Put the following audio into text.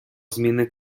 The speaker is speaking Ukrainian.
зміни